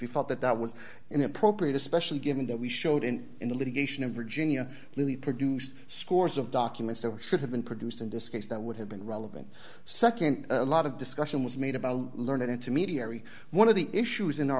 we felt that that was inappropriate especially given that we showed in in the litigation in virginia clearly produced scores of documents that we should have been produced in this case that would have been relevant nd a lot of discussion was made about learned intermediary one of the issues as in our